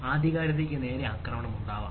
ആധികാരികതയ്ക്ക് നേരെ ആക്രമണം ഉണ്ടാകാം